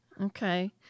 Okay